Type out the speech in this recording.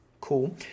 Cool